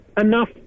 enough